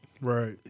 Right